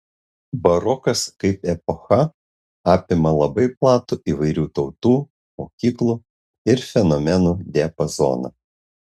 barokas kaip epocha apima labai platų įvairių tautų mokyklų ir fenomenų diapazoną